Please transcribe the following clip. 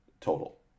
total